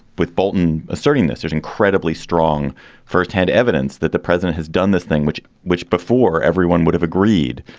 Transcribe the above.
with bolton asserting this, there's incredibly strong first hand evidence that the president has done this thing, which which before everyone would have agreed,